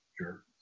Sure